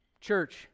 Church